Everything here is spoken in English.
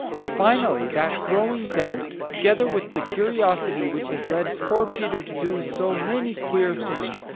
finally that growing doubt, together with the curiosity which has led poor peter to do so many queer things,